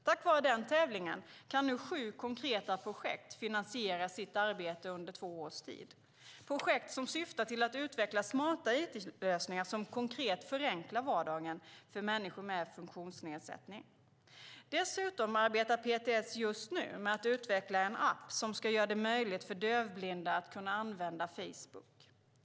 Tack vare den tävlingen kan nu sju konkreta projekt finansiera sitt arbete, under två års tid - projekt som syftar till att utveckla smarta it-lösningar som konkret förenklar vardagen för människor med funktionsnedsättning. Dessutom arbetar PTS just nu med att utveckla en app som ska göra det möjligt för dövblinda att använda Facebook.